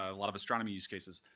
a lot of astronomy use cases.